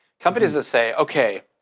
companies that say, okay,